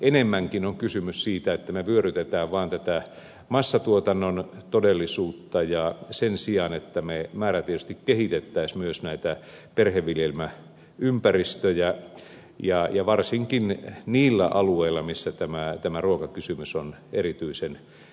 enemmänkin on kysymys siitä että me vyörytämme vaan tätä massatuotannon todellisuutta sen sijaan että me määrätietoisesti kehittäisimme myös näitä perheviljelmäympäristöjä varsinkin niillä alueilla missä tämä ruokakysymys on erityisen kriittinen